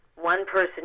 one-person